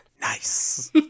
Nice